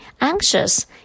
anxious